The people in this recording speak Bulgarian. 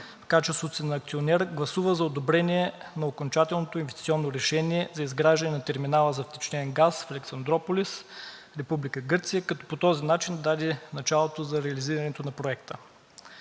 в качеството си на акционер гласува за одобрение на окончателното инвестиционно решение за изграждане на терминала за втечнен газ Александруполис – Република Гърция, като по този начин даде началото за реализирането на Проекта.